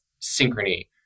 synchrony